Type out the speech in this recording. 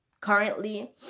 currently